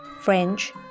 French